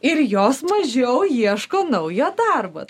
ir jos mažiau ieško naujo darbo